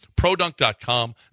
produnk.com